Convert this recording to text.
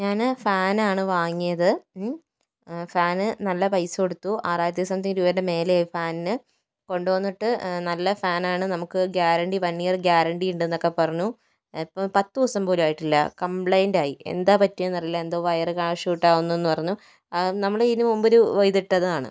ഞാന് ഫാനാണ് വാങ്ങിയത് മ് ഫാന് നല്ല പൈസ കൊടുത്തു ആറായിരത്തി സംതിങ്ങ് രൂപേൻ്റെ മേലെയായി ഫാനിന് കൊണ്ടുവന്നിട്ട് നല്ല ഫാനാണ് നമക്ക് ഗ്യാരൻറ്റി വൺ ഇയർ ഗ്യാരൻറ്റി ഉണ്ടെന്നൊക്കെ പറഞ്ഞു ഇപ്പോൾ പത്ത് ദിവസം പോലും ആയിട്ടില്ല കംപ്ലൈൻറ്റായി എന്താ പറ്റിയേന്നറിയില്ല എന്തോ വയറ് ക്രാഷ് ഔട്ട് ആവുന്നെന്ന് പറഞ്ഞു നമ്മള് ഇതിന് മുൻപ് ഒരിത് ഇട്ടതാണ്